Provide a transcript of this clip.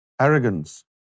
arrogance